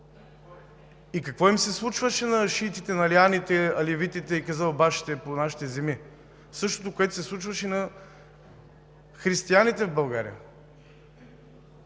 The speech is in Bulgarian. и какво им се случваше на шиитите, алианите, алевитите и къзълбашите по нашите земи – същото, което се случваше и на християните в България.